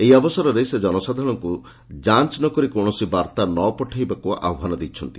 ଏହି ଅବସରେ ସେ ଜନସାଧାରଣଙ୍କୁ ଯାଞ୍ ନ କରି କୌଣସି ବାର୍ଭା ନ ପଠେଇବାପାଇଁ ଆହ୍ବାନ ଦେଇଛନ୍ତି